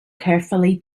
carefully